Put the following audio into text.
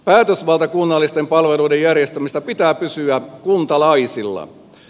päätösvallan kunnallisten palveluiden järjestämisestä pitää pysyä kuntalaisilla